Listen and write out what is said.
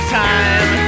time